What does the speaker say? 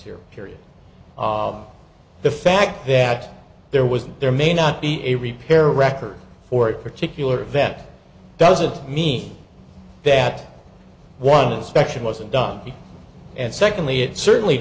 here period the fact that there was there may not be a repair record for a particular event doesn't mean that one inspection wasn't done and secondly it certainly